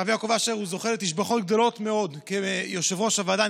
הרב יעקב אשר זוכה לתשבחות גדולות מאוד כיושב-ראש הוועדה.